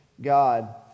God